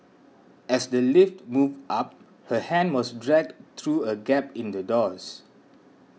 as the lift moved up her hand was dragged through a gap in the doors